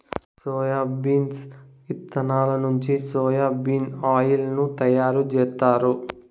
soybeans ఇత్తనాల నుంచి soya bean oil ను తయారు జేత్తారు